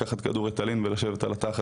לקחת כדור ריטלין ולשבת בכיתה.